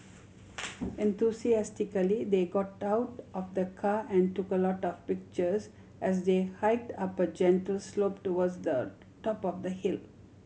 enthusiastically they got out of the car and took a lot of pictures as they hike up a gentle slope towards the top of the hill